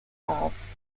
valves